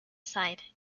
side